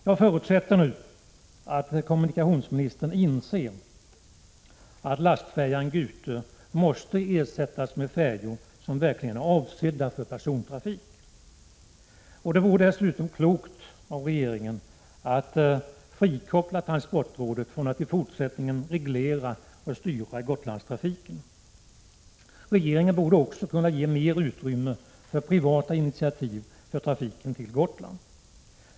Jag förutsätter nu att kommunikationsministern inser att lastfärjan Gute måste ersättas med färjor som verkligen är avsedda för persontrafik. Det vore dessutom klokt av regeringen att frikoppla transportrådet från att i fortsättningen reglera och styra Gotlandstrafiken. Regeringen borde också kunna ge mer utrymme för privata initiativ rörande trafiken till Gotland.